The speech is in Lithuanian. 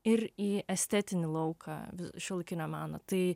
ir į estetinį lauką šiuolaikinio meno tai